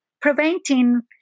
preventing